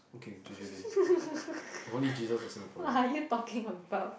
what are you talking about